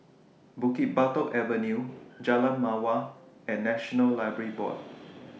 Bukit Batok Avenue Jalan Mawar and National Library Board